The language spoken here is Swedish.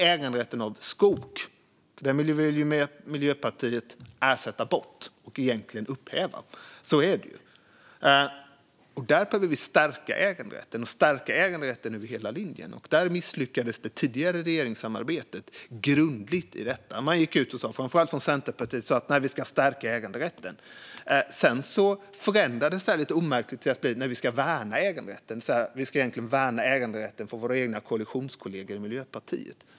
Äganderätten av skog vill ju Miljöpartiet upphäva. Men vi vill stärka äganderätten över hela linjen. Det misslyckades det tidigare regeringssamarbetet grundligt med. Centerpartiet sa att äganderätten skulle stärkas, men det förändrades sedan omärkligt till att äganderätten skulle värnas - och egentligen mest för deras koalitionskollegor i Miljöpartiet.